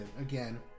again